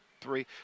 three